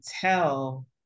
tell